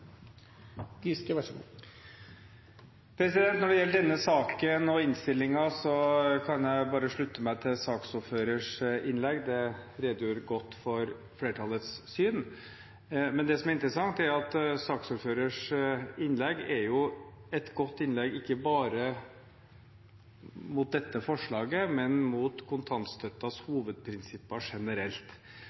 Når det gjelder denne saken og innstillingen, kan jeg bare slutte meg til saksordførerens innlegg – det redegjorde godt for flertallets syn. Men det som er interessant, er at saksordførerens innlegg er et godt innlegg ikke bare mot dette forslaget, men mot kontantstøttens hovedprinsipper generelt.